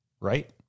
right